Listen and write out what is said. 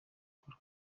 paul